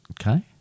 Okay